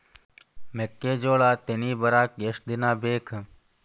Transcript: ಮೆಕ್ಕೆಜೋಳಾ ತೆನಿ ಬರಾಕ್ ಎಷ್ಟ ದಿನ ಬೇಕ್?